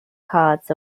cards